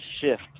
shift